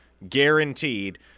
guaranteed